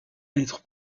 être